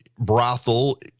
brothel